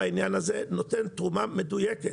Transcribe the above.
נותן תרומה מדויקת.